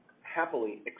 happily